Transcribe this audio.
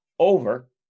over